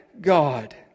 God